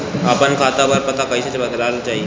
आपन खाता पर पता कईसे बदलल जाई?